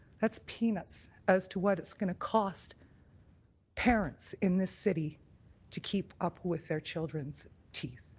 that's peanuts as to what it's going to cost parents in this city to keep up with their children's teeth.